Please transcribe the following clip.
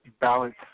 Balance